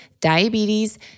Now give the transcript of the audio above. diabetes